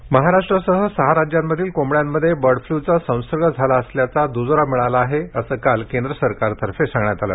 bird flu महाराष्ट्रासह सहा राज्यामधील कोंबड्यामध्ये बर्ड फ्लूचा संसर्ग झाला असल्याला दुजोरा मिळाला असल्याचं काल केंद्र सरकारतर्फे सांगण्यात आलं